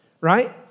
right